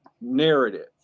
narrative